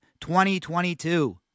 2022